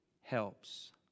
helps